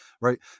Right